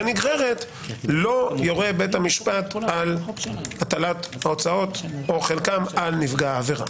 נגררת לא יורה בית המשפט על הטלת ההוצאות או חלקן על נפגע העבירה".